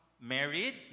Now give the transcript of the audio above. married